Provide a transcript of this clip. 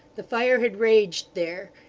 the fire had raged there,